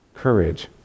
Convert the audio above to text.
Courage